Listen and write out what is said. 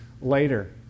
later